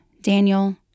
Daniel